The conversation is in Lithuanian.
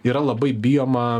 yra labai bijoma